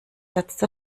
letzte